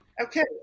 okay